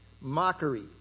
mockery